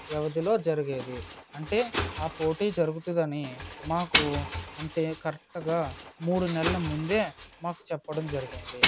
వ్యవధిలో జరిగేది అంటే ఆ పోటీ జరుగుతుందని మాకు అంటే కరెక్ట్గా మూడు నెలల ముందే మాకు చెప్పటం జరిగింది